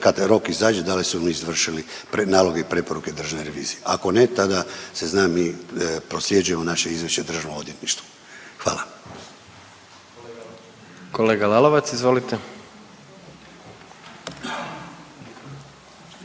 kad rok izađe da li su oni izvršili naloge i preporuke Državne revizije. Ako ne, tada se zna mi prosljeđujemo naše izvješće Državnom odvjetništvu. Hvala. **Jandroković, Gordan